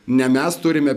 ne mes turime